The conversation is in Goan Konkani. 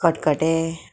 खतखटे